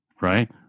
right